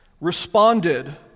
responded